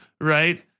right